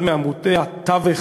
אחד מעמודי התווך